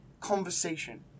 conversation